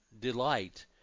delight